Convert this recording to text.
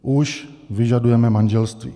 Už vyžadujeme manželství.